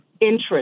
interest